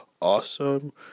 awesome